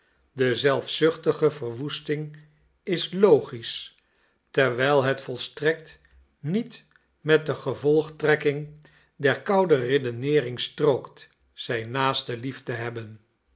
de zelfzuchtige verwoesting is logisch terwijl het volstrekt niet met de gevolgtrekking der koude redeneering strookt zijn naaste lief te hebben